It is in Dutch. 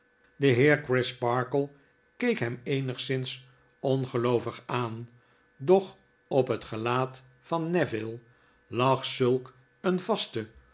de heer crisparkle keek hem eenigszins ongeloovig aan doch op het gelaat van neville lag zulk een vaste